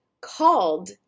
called